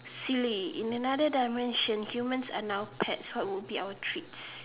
silly in another dimension humans are now pets what would be our treats